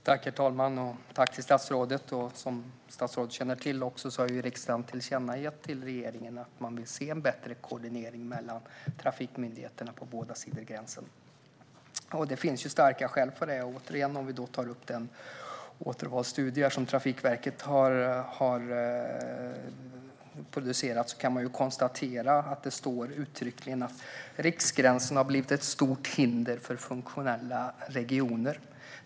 Herr talman! Tack, statsrådet! Som statsrådet känner till har riksdagen tillkännagett för regeringen att man vill se en bättre koordinering mellan trafikmyndigheterna på båda sidor av gränsen. Det finns starka skäl för detta. Om vi återigen tar upp den åtgärdsvalsstudie som Trafikverket har producerat kan vi konstatera att det uttryckligen står att riksgränsen har blivit ett stort hinder för funktionella regioner.